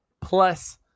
plus